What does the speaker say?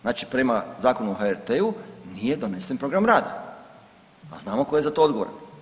Znači prema Zakonu o HRT-u nije donesen program rada, a znamo tko je za to odgovoran.